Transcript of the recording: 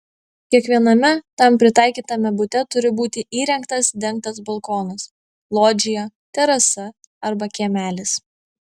kiekviename tam pritaikytame bute turi būti įrengtas dengtas balkonas lodžija terasa arba kiemelis